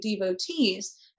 devotees